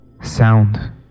sound